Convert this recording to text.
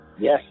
yes